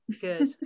good